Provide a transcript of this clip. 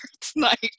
tonight